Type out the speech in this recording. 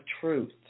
truth